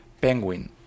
Penguin